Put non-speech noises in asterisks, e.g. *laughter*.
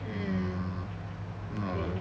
*breath*